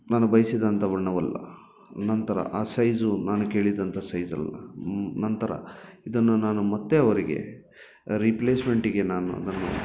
ನಾನು ಬಯಸಿದಂಥ ಬಣ್ಣವಲ್ಲ ನಂತರ ಆ ಸೈಜು ನಾನು ಕೇಳಿದಂಥ ಸೈಜ್ ಅಲ್ಲ ನಂತರ ಇದನ್ನು ನಾನು ಮತ್ತೆ ಅವರಿಗೆ ರೀಪ್ಲೇಸ್ಮೆಂಟಿಗೆ ನಾನು ಅದನ್ನು